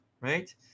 right